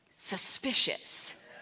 Suspicious